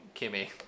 Kimmy